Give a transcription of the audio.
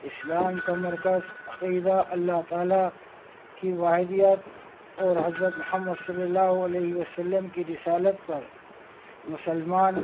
اسلام کا مرکز عقیدہ اللہ تعالیٰ کی واحدیت اور حضرت محمد صلی اللہ علیہ وسلم کی رسالت پر مسلمان